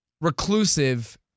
reclusive